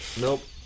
Nope